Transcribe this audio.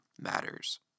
Matters